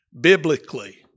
biblically